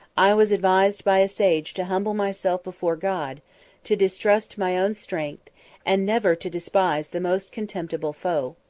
i was advised by a sage to humble myself before god to distrust my own strength and never to despise the most contemptible foe.